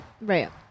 Right